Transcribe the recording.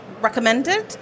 recommended